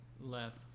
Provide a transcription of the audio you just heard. left